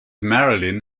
marilyn